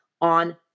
on